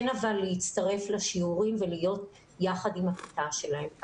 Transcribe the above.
כן להצטרף לשיעורים ולהיות יחד עם הכיתה שלהם.